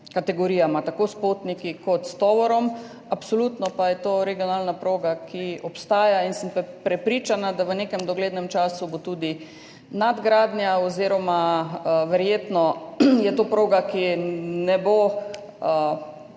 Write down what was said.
kategorijama, tako s potniki kot s tovorom. Absolutno pa je to regionalna proga, ki obstaja, in sem prepričana, da bo v nekem doglednem času tudi nadgradnja oziroma verjetno je to proga, ki ne bo